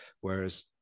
whereas